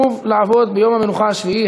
(סירוב לעבוד ביום המנוחה השבועי),